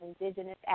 indigenous